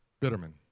bitterman